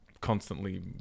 constantly